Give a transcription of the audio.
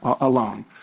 alone